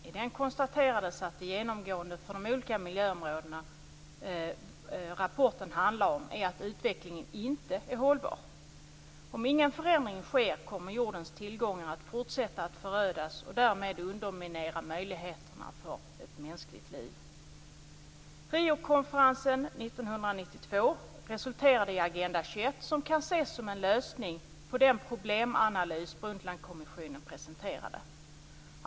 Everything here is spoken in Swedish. I den konstateras att det genomgående, för de olika miljöområden som rapporten handlar om, är att utvecklingen inte är hållbar. Om ingen förändring sker kommer jordens tillgångar att fortsätta att förödas, och därmed undermineras möjligheterna för ett mänskligt liv. Riokonferensen 1992 resulterade i Agenda 21, som kan ses som en lösning på den problemanalys som Brundtlandkommissionen presenterade.